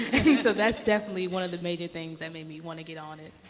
so that's definitely one of the major things that made me want to get on it.